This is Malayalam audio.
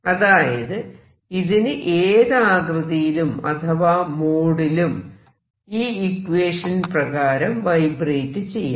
അതായത് ഇതിനു ഏതു ആകൃതിയിലും അഥവാ മോഡ് ലും ഈ ഇക്വേഷൻ പ്രകാരം വൈബ്രേറ്റ് ചെയ്യാം